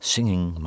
Singing